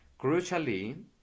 Crucially